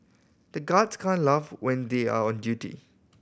the guards can laugh when they are on duty